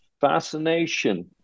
fascination